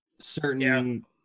certain